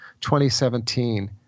2017